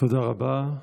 תודה רבה.